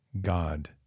God